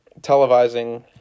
televising